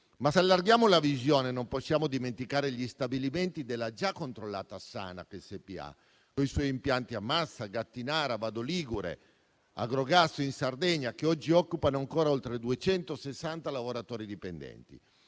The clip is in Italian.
se allarghiamo la visione, non possiamo dimenticare gli stabilimenti della già controllata Sanac Spa, coi suoi impianti a Massa, a Gattinara, a Vado Ligure, a Drogastu in Sardegna, che oggi occupano ancora oltre 260 lavoratori dipendenti.